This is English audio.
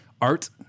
art